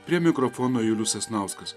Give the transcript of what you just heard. prie mikrofono julius sasnauskas